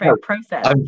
process